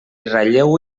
ratlleu